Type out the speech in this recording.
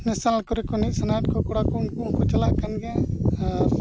ᱠᱚᱨᱮ ᱠᱚ ᱮᱱᱮᱡ ᱥᱟᱱᱟᱭᱮᱜ ᱠᱚᱣᱟ ᱠᱚᱲᱟ ᱠᱚ ᱩᱱᱠᱩ ᱦᱚᱸᱠᱚ ᱪᱟᱞᱟᱜ ᱠᱟᱱ ᱜᱮᱭᱟ ᱟᱨ